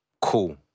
Cool